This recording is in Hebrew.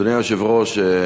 אדוני היושב-ראש,